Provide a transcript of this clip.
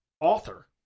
author